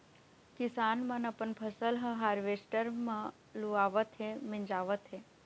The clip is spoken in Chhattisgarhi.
किसान मन अपन फसल ह हावरेस्टर म लुवावत हे, मिंजावत हे